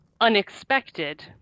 unexpected